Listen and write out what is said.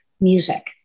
music